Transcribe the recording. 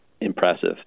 impressive